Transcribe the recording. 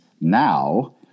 now